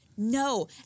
No